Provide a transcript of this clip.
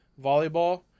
volleyball